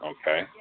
okay